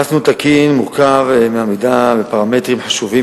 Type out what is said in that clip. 1. פרס ניהול תקין מורכב מעמידה בפרמטרים חשובים